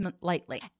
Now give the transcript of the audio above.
lightly